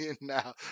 now